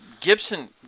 Gibson